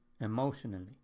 Emotionally